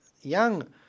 Young